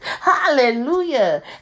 hallelujah